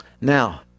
Now